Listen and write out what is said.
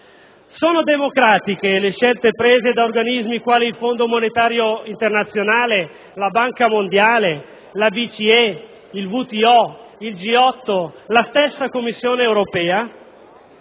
Sono democratiche le scelte prese da organismi quali il Fondo monetario internazionale, la Banca mondiale, la BCE, il WTO, il G8, la stessa Commissione europea?